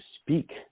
speak